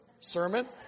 sermon